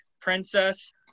princess